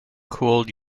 cooled